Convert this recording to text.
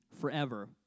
forever